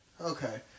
Okay